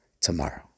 tomorrow